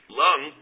lung